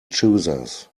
choosers